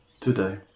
today